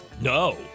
No